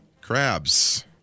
Crabs